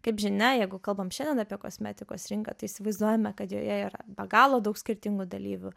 kaip žinia jeigu kalbam šiandien apie kosmetikos rinką tai įsivaizduojam kad joje yra be galo daug skirtingų dalyvių